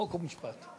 חוק ומשפט.